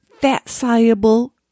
fat-soluble